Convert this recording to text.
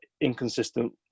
inconsistent